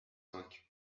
cinq